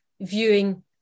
viewing